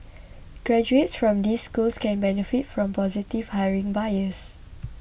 graduates from these schools can benefit from positive hiring bias